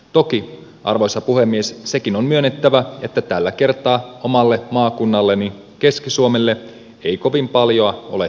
toki arvoisa puhemies sekin on myönnettävä että tällä kertaa omalle maakunnalleni keski suomelle ei kovin paljoa ole